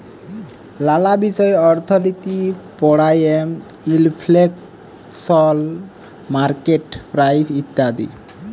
লালা বিষয় অর্থলিতি পড়ায়ে ইলফ্লেশল, মার্কেট প্রাইস ইত্যাদি